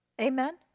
Amen